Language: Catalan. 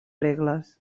regles